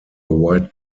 white